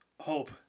Hope